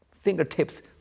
fingertips